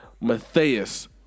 Matthias